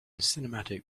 cinematic